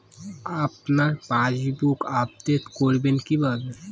আপনার passbook update করবেন কিভাবে?